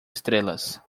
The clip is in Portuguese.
estrelas